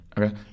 Okay